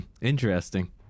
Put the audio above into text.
Interesting